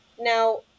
Now